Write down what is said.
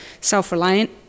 self-reliant